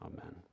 amen